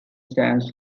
stamps